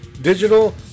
digital